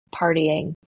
partying